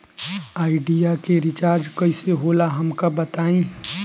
Idea के recharge कईसे होला हमका बताई?